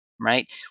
right